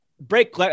break